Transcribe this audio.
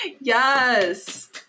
yes